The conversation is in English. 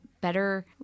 better